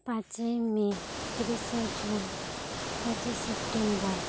ᱯᱟᱸᱪᱮᱭ ᱢᱮ ᱛᱤᱨᱤᱥᱮ ᱡᱩᱱ ᱯᱟᱸᱪᱮ ᱥᱮᱯᱴᱮᱢᱵᱚᱨ